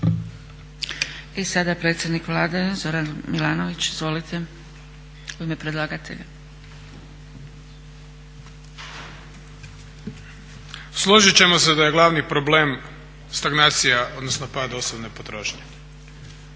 I sada predsjednik Vlade Zoran Milanović, izvolite u ime predlagatelja. **Milanović, Zoran (SDP)** Složiti ćemo se da je glavni problem stagnacija odnosno pad osobne potrošnje.